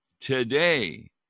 Today